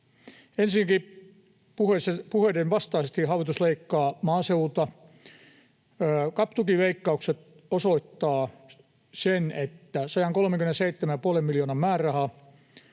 Ensinnäkin puheiden vastaisesti hallitus leikkaa maaseudulta. CAP-tukileikkaukset osoittavat — 137, 5 miljoonan määräraha